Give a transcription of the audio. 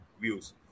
views